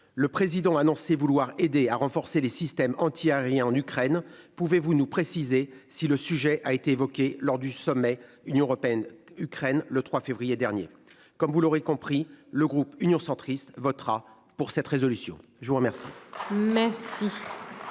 Le président a annoncé vouloir aider à renforcer les systèmes anti-aériens en Ukraine. Pouvez-vous nous préciser si le sujet a été évoqué lors du sommet Union européenne-Ukraine, le 3 février dernier. Comme vous l'aurez compris, le groupe Union centriste votera pour cette résolution. Je vous remercie.